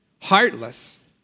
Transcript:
heartless